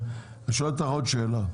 אני שואל אותך עוד שאלה: